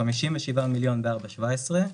57 מיליון ב-4.17.